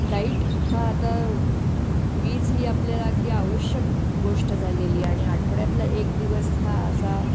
light हा आता वीज ही आपल्याला अगदी आवश्यक गोष्ट झालेली आणि आठवड्यातला एक दिवस हा असा